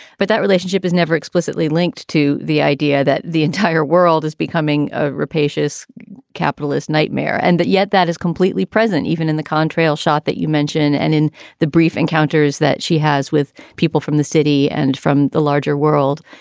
but that relationship is never explicitly linked to the idea that the entire world is becoming a rapacious capitalist nightmare. and yet that is completely present, even in the contrail shot that you mention. and in the brief encounters that she has with people from the city and from the larger world,